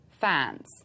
fans